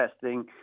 testing